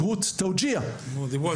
הם נבחנים בבגרות התווג'יה,